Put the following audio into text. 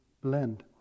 blend